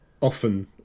often